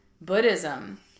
Buddhism